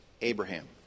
Abraham